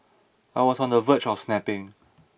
I was on the verge of snapping